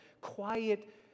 quiet